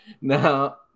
Now